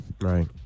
Right